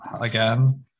again